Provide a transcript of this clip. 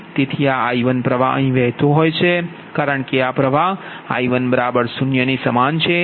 તેથી આ I1 પ્ર્વાહ અહીં વહેતો હોય છે કારણ કે આ પ્ર્વાહ I1 0 સમાન છે